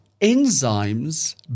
enzymes